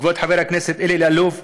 כבוד חבר הכנסת אלי אלאלוף,